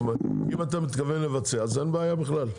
אם אתה מתכוון לבצע, אין בעיה בכלל.